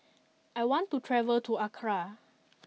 I want to travel to Accra